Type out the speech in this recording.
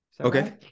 Okay